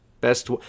Best